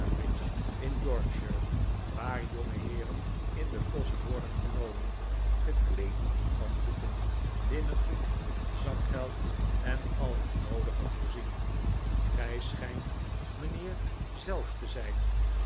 in yorkshire waar jongeheeren in den kost worden genomen gekleed van boeken linnengoed zakgeld en al het noodige voorzien gij schijnt mijnheer zelf te zijn